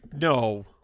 no